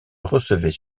recevait